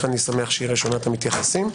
לכן אני שמח שהיא ראשונת המתייחסים.